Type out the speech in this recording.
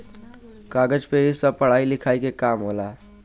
कागज पे ही सब पढ़ाई लिखाई के काम होला